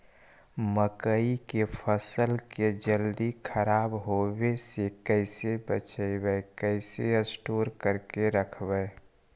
मकइ के फ़सल के जल्दी खराब होबे से कैसे बचइबै कैसे स्टोर करके रखबै?